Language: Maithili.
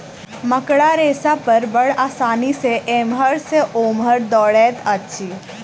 मकड़ा रेशा पर बड़ आसानी सॅ एमहर सॅ ओमहर दौड़ैत अछि